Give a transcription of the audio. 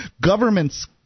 governments